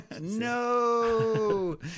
No